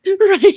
right